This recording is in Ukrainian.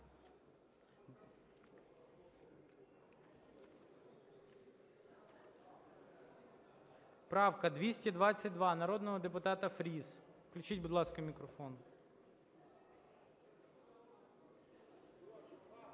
Правка 222 народного депутата Фріс. Включіть, будь ласка, мікрофон.